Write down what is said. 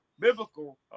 Biblical